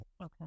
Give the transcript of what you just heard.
Okay